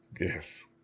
Yes